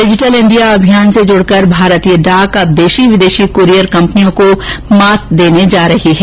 digital India अभियान से जुड़कर मारतीय डाक अब देशी विदेशी कूरियर कंपनियों को मात देने जा रही है